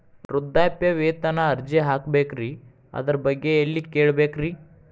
ವೃದ್ಧಾಪ್ಯವೇತನ ಅರ್ಜಿ ಹಾಕಬೇಕ್ರಿ ಅದರ ಬಗ್ಗೆ ಎಲ್ಲಿ ಕೇಳಬೇಕ್ರಿ?